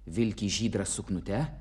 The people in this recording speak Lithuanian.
vilki žydra suknute